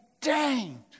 danged